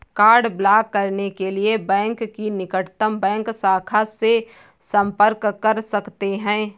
card block करने के लिए बैंक की निकटतम बैंक शाखा से संपर्क कर सकते है